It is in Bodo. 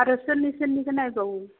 आरो सोरनि सोरनिखौ नायबावो